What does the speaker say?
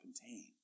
contain